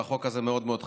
והחוק הזה מאוד מאוד חשוב.